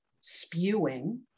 spewing